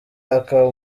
akaba